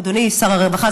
אדוני שר הרווחה,